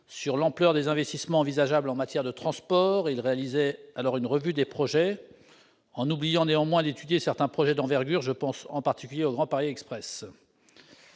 sur l'ampleur des investissements envisageables en matière de transports. Il réalisait alors une revue des projets, en oubliant néanmoins d'étudier certains projets d'envergure, je pense en particulier au Grand Paris Express.